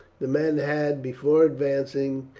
the men had, before advancing,